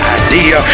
idea